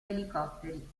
elicotteri